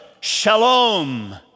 Shalom